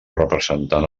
representant